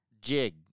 jig